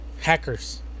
Hackers